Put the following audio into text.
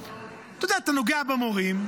אתה יודע, אתה נוגע במורים?